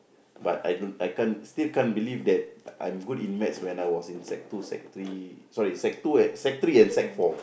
but I don't I can't still can't believe that I'm good in maths when I was in sec two sec three sorry sec two sec three and sec four